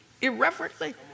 irreverently